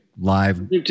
live